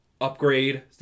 upgrade